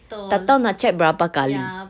tak tahu nak check berapa kali